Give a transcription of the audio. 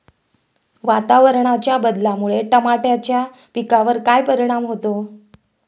वातावरणाच्या बदलामुळे टमाट्याच्या पिकावर काय परिणाम होतो?